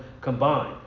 combined